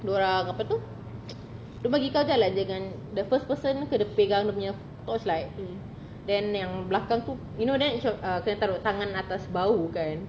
dia orang apa tu dia orang bagi kau jalan dengan the first person kena pegang dia punya torchlight then yang belakang tu you know then macam kena taruk tangan atas bahu